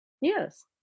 Yes